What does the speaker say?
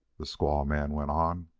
the squaw-man went on.